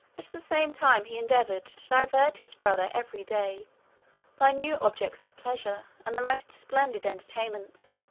at the same time he endeavoured to divert his brother every day by new objects of pleasure, and the most splendid entertainments.